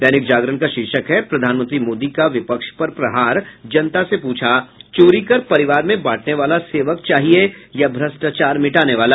दैनिक जागरण का शीर्षक है प्रधानमंत्री मोदी का विपक्ष पर प्रहार जनता से पूछा चोरी कर परिवार में बांटने वाला सेवक चाहिये या भ्रष्टाचार मिटाने वाला